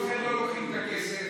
שלוש דקות, בבקשה.